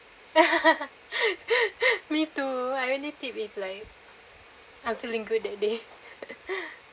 me too I only tip if like I'm feeling good that day